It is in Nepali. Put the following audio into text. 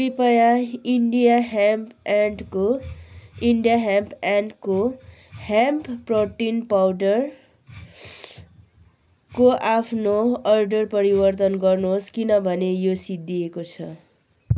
कृपया India hemp and co India hemp and को हेम्प प्रोटिन पाउडरको आफ्नो अर्डर परिवर्तन गर्नुहोस् किनभने यो सिद्धिएको छ